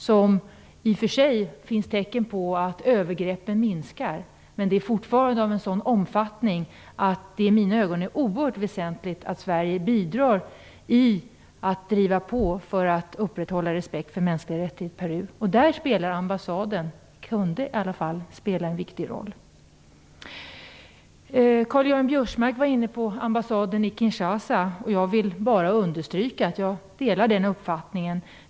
Det finns i och för sig tecken på att övergreppen minskar, men de är fortfarande av en sådan omfattning att det i mina ögon är oerhört väsentligt att Sverige bidrar till att driva på för ett upprätthållande av respekten för de mänskliga rättigheterna i Peru. Där spelar ambassaden - eller kunde i varje fall spela - en viktig roll. Kinshasa. Jag delar den uppfattningen.